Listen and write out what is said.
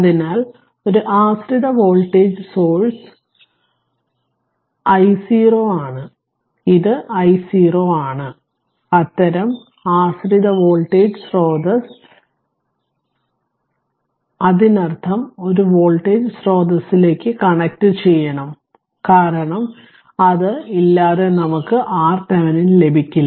അതിനാൽ ഒരു ആശ്രിത വോൾട്ടേജ് സ്രോതസ്സ് 3 i0 ആണ് ഇത് i0 ആണ് അത്തരം ആശ്രിത വോൾട്ടേജ് സ്രോതസ്സ് അതിനർത്ഥം ഒരു വോൾട്ടേജ് സ്രോതസ്സിലേക്കു കണക്റ്റുചെയ്യണം കാരണം അത് ഇല്ലാതെ നമുക്കു RThevenin ലഭിക്കില്ല